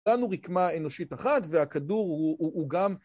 כולנו רקמה אנושית אחת והכדור הוא גם...